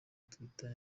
twitter